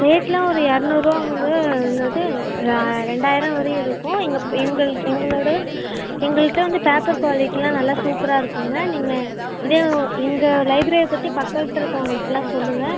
ரேட்டெலாம் ஒரு இரநூறுவா வந்து என்னது ரெண்டாயிரம் வரையும் இருக்கும் எங்கள் ப எங்கள் எங்களோடய எங்கள்கிட்ட வந்து பேப்பர் குவாலிட்டிலாம் நல்லா சூப்பராக இருக்குங்க நீங்கள் இதே எங்கள் லைப்ரரியை பற்றி பக்கத்தில் இருக்கறவங்கக்கிட்டலாம் சொல்லுங்கள்